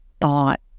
thought